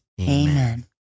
Amen